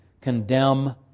condemn